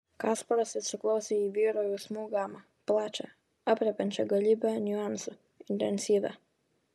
kasparas įsiklausė į vyro jausmų gamą plačią aprėpiančią galybę niuansų intensyvią